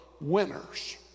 winners